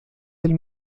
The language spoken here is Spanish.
del